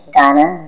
Ghana